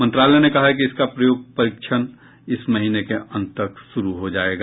मंत्रालय ने कहा है कि इसका प्रायोगिक परीक्षण इस महीने के अंत तक शुरू हो जाएगा